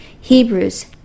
Hebrews